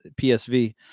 PSV